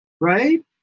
right